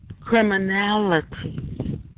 criminality